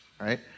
right